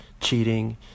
cheating